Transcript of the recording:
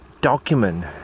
document